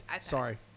Sorry